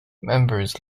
members